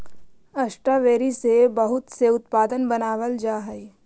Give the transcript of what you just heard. strawberry से बहुत से उत्पाद बनावाल जा हई